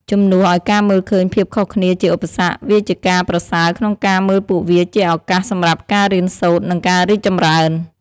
ជំនួសឱ្យការមើលឃើញភាពខុសគ្នាជាឧបសគ្គ វាជាការប្រសើរក្នុងការមើលពួកវាជាឱកាសសម្រាប់ការរៀនសូត្រ និងការរីកចម្រើន។